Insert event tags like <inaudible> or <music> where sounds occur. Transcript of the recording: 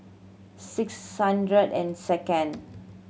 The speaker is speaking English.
six <unintelligible> and second